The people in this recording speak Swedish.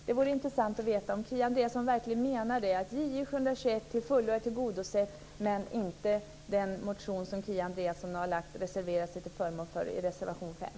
Det vore intressant att veta om Kia Andreasson verkligen menar det - att Ju721 till fullo är tillgodosedd men inte den motion som Kia Andreasson har reserverat sig till förmån för i reservation 5.